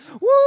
Woo